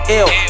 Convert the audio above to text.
ill